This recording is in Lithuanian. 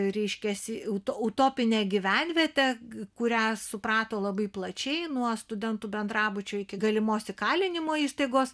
reiškiasi uto utopinę gyvenvietę kurią suprato labai plačiai nuo studentų bendrabučio iki galimos įkalinimo įstaigos